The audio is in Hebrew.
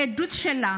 בעדות שלה